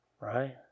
right